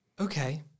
Okay